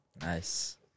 Nice